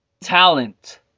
Talent